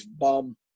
bum